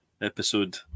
episode